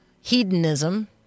hedonism